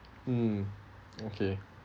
mm okay